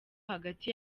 hagati